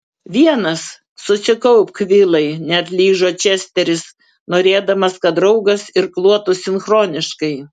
vienas susikaupk vilai neatlyžo česteris norėdamas kad draugas irkluotų sinchroniškai